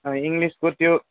इङ्लिसको त्यो